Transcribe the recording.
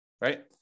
Right